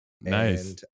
nice